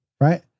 right